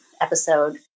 episode